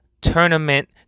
Tournament